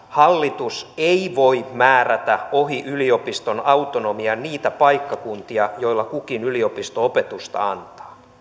hallitus ei voi määrätä ohi yliopiston autonomian niitä paikkakuntia joilla kukin yliopisto opetusta